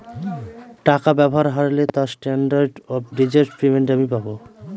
টাকা ব্যবহার হারলে তার স্ট্যান্ডার্ড অফ ডেজার্ট পেমেন্ট আমি পাব